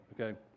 okay